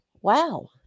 Wow